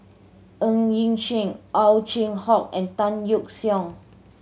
Ng Yi Sheng Ow Chin Hock and Tan Yeok Seong